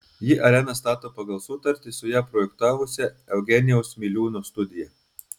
ji areną stato pagal sutartį su ją projektavusia eugenijaus miliūno studija